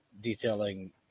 detailing